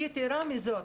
יתרה מזאת,